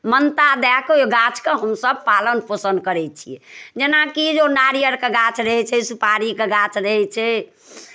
ममता दए कऽ ओहि गाछकेँ हमसभ पालन पोषण करै छियै जेनाकि ओ नारियलके गाछ रहै छै सुपारीके गाछ रहै छै